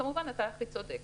אתה כמובן הכי צודק.